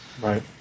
Right